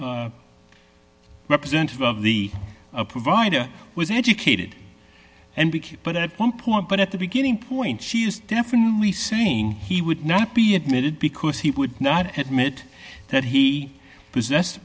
this representative of the provider was educated and weak but at one point but at the beginning point she was definitely saying he would not be admitted because he would not at mit that he possess